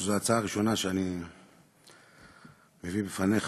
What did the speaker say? מכיוון שזו הצעה ראשונה שאני מביא בפניך,